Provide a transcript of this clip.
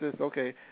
okay